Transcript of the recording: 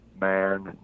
man